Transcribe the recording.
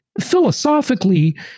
philosophically